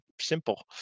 simple